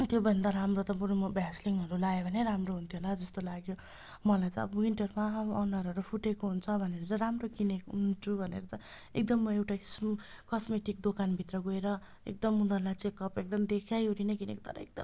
त्योभन्दा राम्रो त बरु म भ्यासलिनहरू लगायो भने राम्रो हुन्थ्यो होला जस्तो लाग्यो मलाई त अब विन्टरमा अनुहारहरू फुटेको हुन्छ भनेर चाहिँ राम्रो किने छु भनेर त एकदम म एउटा स्मु कस्मिटिक दोकानभित्र गएर एकदम उनीहरूलाई चेकअप एकदम देखाइओरि नै किनेको तर एकदमै